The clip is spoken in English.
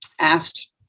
asked